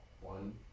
One